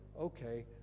okay